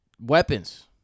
weapons